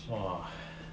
!wah! !hais!